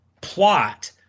plot